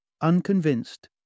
Unconvinced